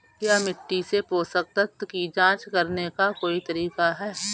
क्या मिट्टी से पोषक तत्व की जांच करने का कोई तरीका है?